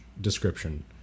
description